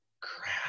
crap